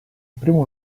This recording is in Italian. primo